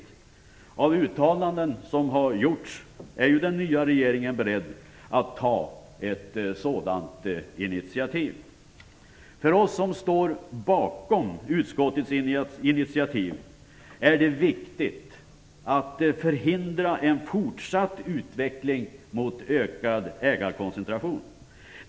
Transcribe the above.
Att döma av uttalanden som har gjorts är den nya regeringen beredd att ta ett sådant initiativ. För oss som står bakom utskottets initiativ är det viktigt att förhindra en fortsatt utveckling mot ökad ägarkoncentration.